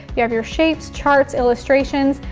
you have your shapes, charts, illustrations.